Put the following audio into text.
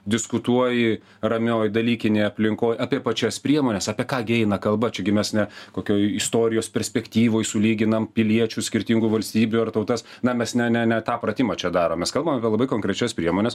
diskutuoji ramioj dalykinėj aplinkoj apie pačias priemones apie ką gi eina kalba čia gi mes ne kokioj istorijos perspektyvoj sulyginam piliečius skirtingų valstybių ar tautas na mes ne ne ne tą pratimą čia darom mes kalbam apie labai konkrečias priemones